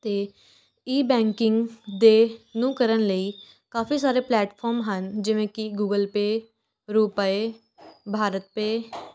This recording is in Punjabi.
ਅਤੇ ਈ ਬੈਂਕਿੰਗ ਦੇ ਨੂੰ ਕਰਨ ਲਈ ਕਾਫ਼ੀ ਸਾਰੇ ਪਲੈਟਫੋਰਮ ਹਨ ਜਿਵੇਂ ਕਿ ਗੂਗਲ ਪੇ ਰੂਪੇ ਬਾਰਤ ਪੇ